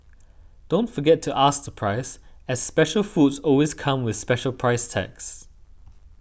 don't forget to ask the price as special foods always come with special price tags